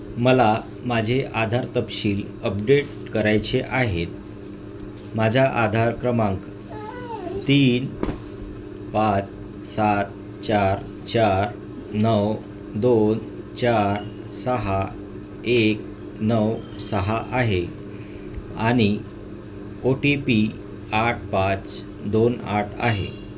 मला माझे आधार तपशील अपडेट करायचे आहेत माझा आधार क्रमांक तीन पाच सात चार चार नऊ दोन चार सहा एक नऊ सहा आहे आणि ओ टी पी आठ पाच दोन आठ आहे